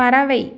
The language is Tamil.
பறவை